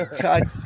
God